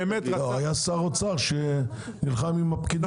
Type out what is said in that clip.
שר אוצר שנלחם עם הפקידות.